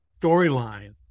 storyline